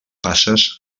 passes